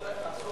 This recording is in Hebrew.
בבקשה,